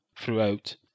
throughout